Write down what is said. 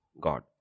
God